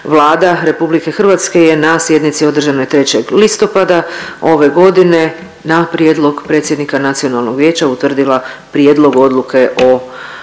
Vlada RH je na sjednici održanoj 3. listopada ove godine na prijedlog predsjednika nacionalnog vijeća utvrdila Prijedlog odluke o